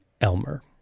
Elmer